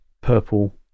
Purple